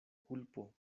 kulpo